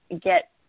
get